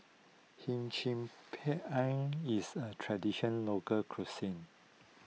Him Chim Peng is a tradition local cuisine